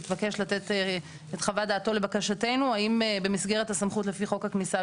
התבקש לתת את חוות דעתו לבקשתנו האם במסגרת הסמכות לפי חוק הכניסה,